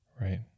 Right